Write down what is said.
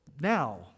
now